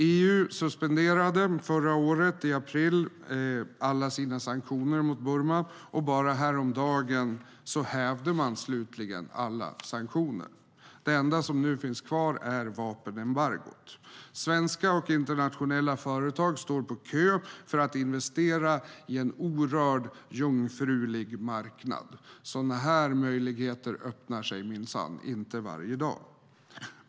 EU suspenderade förra året i april alla sina sanktioner mot Burma, och bara häromdagen hävde man slutligen alla sanktioner. Det enda som nu finns kvar är vapenembargot. Svenska och internationella företag står på kö för att investera i en orörd, jungfrulig marknad. Sådana här möjligheter öppnar sig minsann inte varje dag.